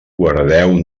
guardeu